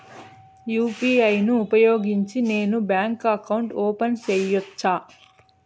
UPI ను ఉపయోగించి నేను బ్యాంకు అకౌంట్ ఓపెన్ సేయొచ్చా?